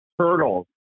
turtles